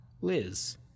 Liz